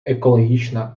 екологічна